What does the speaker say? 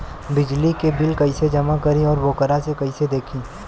बिजली के बिल कइसे जमा करी और वोकरा के कइसे देखी?